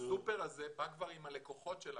הסופר הזה בא כבר עם הלקוחות שלנו,